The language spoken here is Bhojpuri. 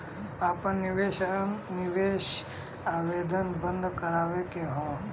आपन निवेश आवेदन बन्द करावे के हौ?